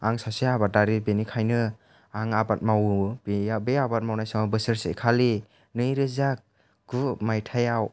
आं सोसे आबादारि बेनिखाइनो आं आबाद मावो बे आबाद मावनाय समाव बोसोरसे खालि नैरोजा गु मायथाइयाव